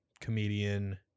Comedian